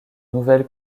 nouvelle